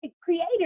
created